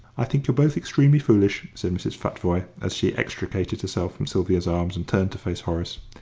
i think you're both extremely foolish, said mrs. futvoye, as she extricated herself from sylvia's arms and turned to face horace.